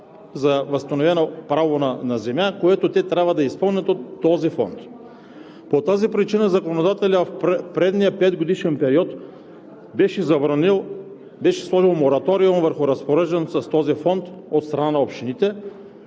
за възстановено право на земя, което те трябва да изпълнят от този фонд. По тази причина законодателят в предишния петгодишен период беше забранил, беше сложил мораториум върху разпореждането с този фонд от страна на общините,